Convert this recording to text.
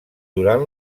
durant